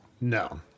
no